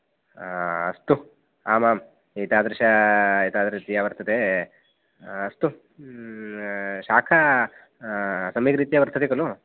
अस्तु आमाम् एतादृश एतादृश्य वर्तते अस्तु शाख सम्यग्रीत्य वर्तते खलु